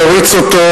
יריץ אותו,